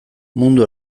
mundu